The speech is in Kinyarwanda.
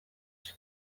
cye